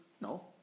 no